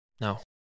No